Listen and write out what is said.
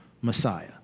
Messiah